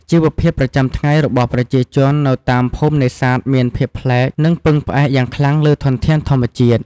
ជីវភាពប្រចាំថ្ងៃរបស់ប្រជាជននៅតាមភូមិនេសាទមានភាពប្លែក និងពឹងផ្អែកយ៉ាងខ្លាំងលើធនធានធម្មជាតិ។